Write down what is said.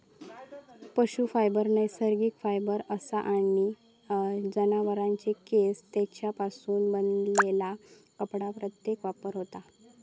पशू फायबर नैसर्गिक फायबर असा आणि जनावरांचे केस, तेंच्यापासून बनलेला कपडा इत्यादीत वापर होता